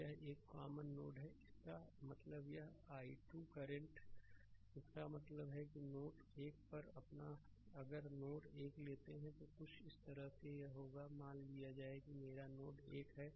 तो यह एक कॉमन नोड है इसका मतलब है यह i 2 करंट इसका मतलब है कि नोड 1 पर अगर नोड 1 लेते हैं तो यह कुछ इस तरह होगा यदि यह मान लिया जाए कि मेरा नोड 1 है